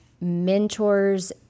mentors